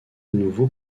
nouveau